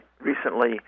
recently